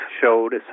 showed